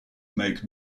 make